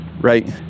right